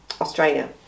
Australia